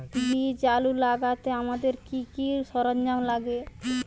বীজ আলু লাগাতে আমাদের কি কি সরঞ্জাম লাগে?